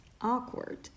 awkward